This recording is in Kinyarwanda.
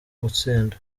utsinda